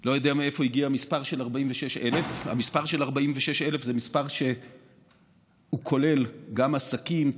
לא יודע מאיפה הגיע המספר 46,000. המספר 46,000 זה מספר שכולל גם עסקים,